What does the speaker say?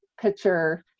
picture